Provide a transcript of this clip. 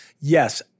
Yes